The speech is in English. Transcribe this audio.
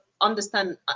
understand